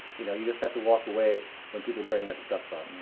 you know you just have to walk away when people bring that stuff up.